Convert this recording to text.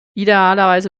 idealerweise